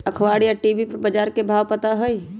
अखबार या टी.वी पर बजार के भाव पता होई?